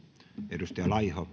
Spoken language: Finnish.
arvoisa